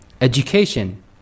education